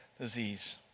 disease